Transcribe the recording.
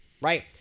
right